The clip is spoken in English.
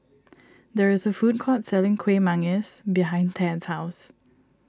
there is a food court selling Kuih Manggis behind Tad's house